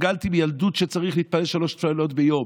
הורגלתי מילדות שצריך להתפלל שלוש תפילות ביום.